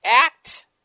act